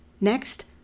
Next